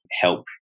help